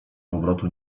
powrotu